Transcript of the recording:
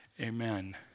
amen